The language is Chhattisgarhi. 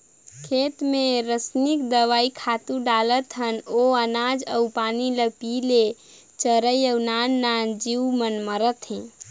खेत मे रसइनिक दवई, खातू डालत हन ओ अनाज अउ पानी ल पिये ले चरई अउ नान नान जीव मन मरत हे